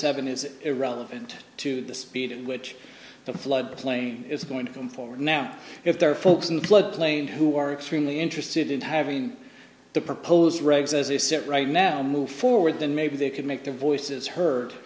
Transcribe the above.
seven is irrelevant to the speed in which the flood plane is going to come forward now if there are folks in the floodplain who are extremely interested in having the proposed regs as they sit right now and move forward then maybe they can make their voices heard